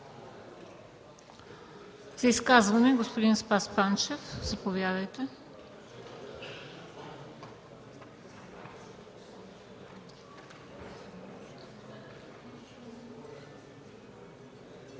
За изказване – господин Спас Панчев. Заповядайте.